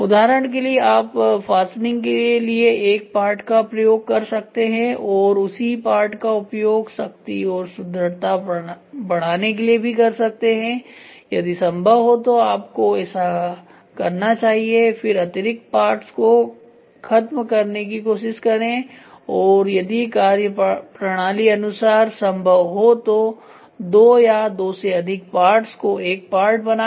उदाहरण के लिए आप फासनिंग के लिए एक पार्ट का प्रयोग कर सकते हैं और उसी पार्ट का उपयोग शक्ति और सुदृढ़ता बढ़ाने के लिए भी कर सकते हैं यदि संभव हो तो आपको ऐसा करना चाहिए फिर अतिरिक्त पार्ट्स को खत्म करने की कोशिश करें और यदि कार्यप्रणाली अनुसार संभव हो तो दो या दो से अधिक पार्ट्स को एक पार्ट बनाएं